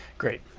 great.